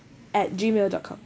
at gmail dot com